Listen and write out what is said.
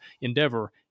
endeavor